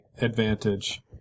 advantage